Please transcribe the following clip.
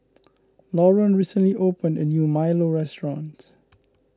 Lauren recently opened a new Milo restaurant